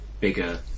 bigger